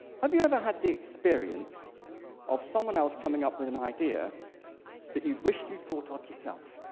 have you ever had the experience of someone else coming up with an idea that you'd wished you'd thought ah up yourself?